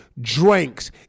drinks